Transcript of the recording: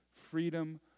Freedom